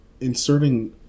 inserting